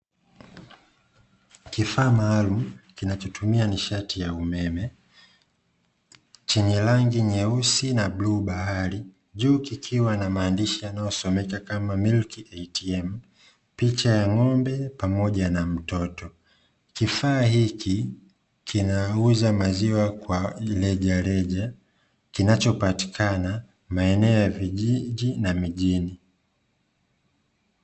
Kifaa maaalumu kinachotumia nishati ya umeme, chenye rangi nyeusi na bluu bahari, juu kikiwa na maandishi yanayosomeka "milki atm", picha ya ng'ombe pamoja na mtoto, kifaa hiki kinauza maziwa kwa rejereja, kinachopatikana maeneno ya vijiji na mijini.